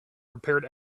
prepared